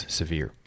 severe